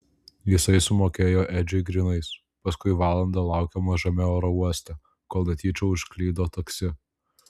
jisai sumokėjo edžiui grynais paskui valandą laukė mažame oro uoste kol netyčia užklydo taksi